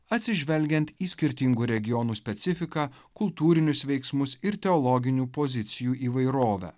atsižvelgiant į skirtingų regionų specifiką kultūrinius veiksmus ir teologinių pozicijų įvairovę